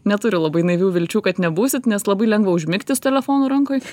neturiu labai naivių vilčių kad nebūsit nes labai lengva užmigti su telefonu rankoj